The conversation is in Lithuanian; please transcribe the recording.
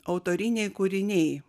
autoriniai kūriniai